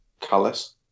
Callus